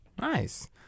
Nice